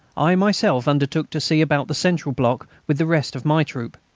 i myself undertook to see about the central block with the rest of my troop.